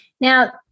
Now